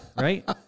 right